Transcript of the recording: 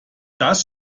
das